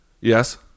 Yes